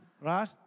Right